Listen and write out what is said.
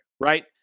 right